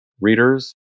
Readers